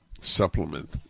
supplement